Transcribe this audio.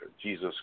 Jesus